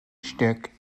stuk